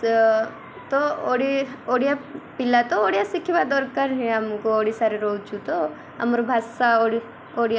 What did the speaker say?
ତଡ଼ି ଓଡ଼ିଆ ପିଲା ତ ଓଡ଼ିଆ ଶିଖିବା ଦରକାର ହି ଆମକୁ ଓଡ଼ିଶାରେ ରହୁଛୁ ତ ଆମର ଭାଷା ଓଡ଼ିଆ